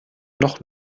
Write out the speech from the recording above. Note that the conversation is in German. noch